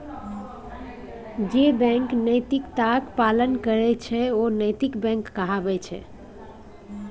जे बैंक नैतिकताक पालन करैत छै ओ नैतिक बैंक कहाबैत छै